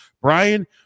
Brian